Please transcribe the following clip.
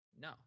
No